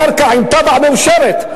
קרקע עם תב"ע מאושרת,